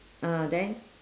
ah then